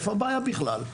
איפה הבעיה בכלל?